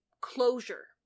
closure